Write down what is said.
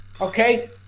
okay